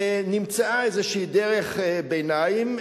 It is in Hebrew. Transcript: נמצאה איזושהי דרך ביניים.